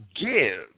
give